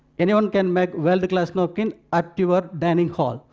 anyone can make a world-class napkin at your dining hall.